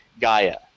Gaia